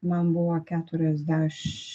man buvo keturiasdeš